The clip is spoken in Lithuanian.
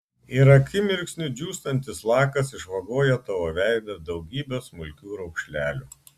ir akimirksniu džiūstantis lakas išvagoja tavo veidą daugybe smulkių raukšlelių